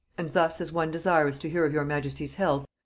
and thus as one desirous to hear of your majesty's health,